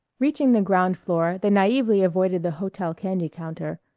reaching the ground floor they naively avoided the hotel candy counter,